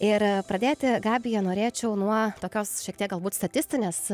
ir pradėti gabija norėčiau nuo tokios šiek tiek galbūt statistinės